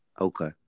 Okay